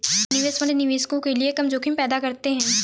निवेश फंड निवेशकों के लिए कम जोखिम पैदा करते हैं